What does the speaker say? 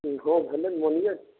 इहो भेले मंगियेके